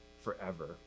forever